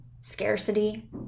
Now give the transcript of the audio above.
scarcity